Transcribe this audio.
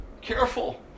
Careful